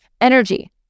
energy